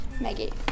Maggie